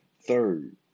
Third